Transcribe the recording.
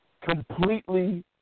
completely